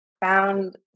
found